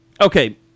Okay